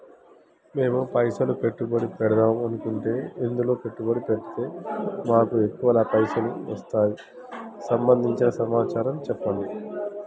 మేము పైసలు పెట్టుబడి పెడదాం అనుకుంటే ఎందులో పెట్టుబడి పెడితే మాకు ఎక్కువ పైసలు వస్తాయి సంబంధించిన సమాచారం చెప్పండి?